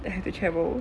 then have to travel